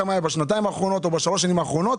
כמה היה בשנתיים האחרונות או בשלוש שנים האחרונות.